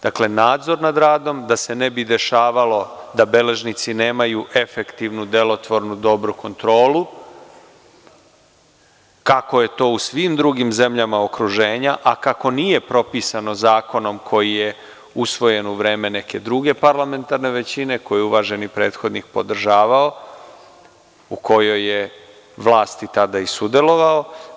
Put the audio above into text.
Dakle, nadzor nad radom da se ne bi dešavalo da beležnici nemaju efektivnu, delotvornu, dobru kontrolu, kako je to u svim drugim zemljama okruženja, a kako nije propisano zakonom koji je usvojen u vreme neke druge parlamentarne većine, koju je uvaženi prethodnik podržavam, u kojoj je vlasti tada i sudelovalo.